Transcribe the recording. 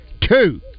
Two